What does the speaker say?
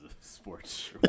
sports